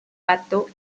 pato